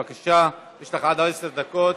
בבקשה, יש לך עד עשר דקות.